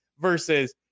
versus